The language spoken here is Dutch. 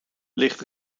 ligt